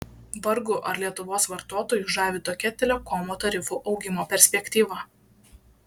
vargu ar lietuvos vartotojus žavi tokia telekomo tarifų augimo perspektyva